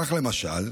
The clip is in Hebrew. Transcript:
כך, למשל,